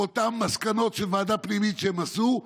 אותן מסקנות של ועדה פנימית שהם עשו.